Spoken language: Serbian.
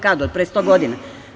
Kad, od pre sto godina?